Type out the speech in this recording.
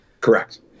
Correct